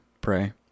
pray